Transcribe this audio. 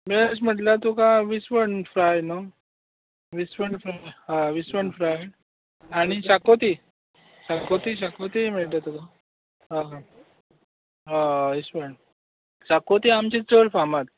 best म्हटल्यार तुका विस्वण फ्राय न्हू विस्वण विस्वण फ्राय आनी शाकोती शाकोती शाकोती मेळटा तुका आं आं हय विस्वण शाकोती आमची चड फामाद